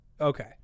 Okay